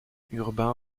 urbain